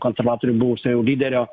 konservatorių buvusio lyderio